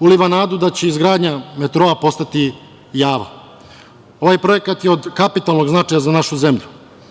uliva nadu da će izgradnja metroa postati java. Ovaj projekat je od kapitalnog značaja za našu zemlju.